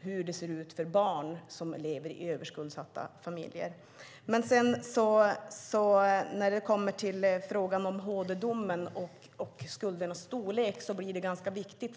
hur det ser ut för barn som lever i överskuldsatta familjer. När det kommer till HD-domen och skuldernas storlek blir det viktigt.